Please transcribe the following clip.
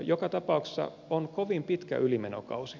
joka tapauksessa on kovin pitkä ylimenokausi